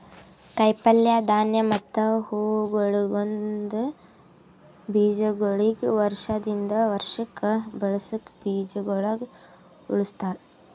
ಕಾಯಿ ಪಲ್ಯ, ಧಾನ್ಯ ಮತ್ತ ಹೂವುಗೊಳಿಂದ್ ಬೀಜಗೊಳಿಗ್ ವರ್ಷ ದಿಂದ್ ವರ್ಷಕ್ ಬಳಸುಕ್ ಬೀಜಗೊಳ್ ಉಳುಸ್ತಾರ್